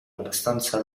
abbastanza